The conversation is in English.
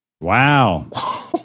Wow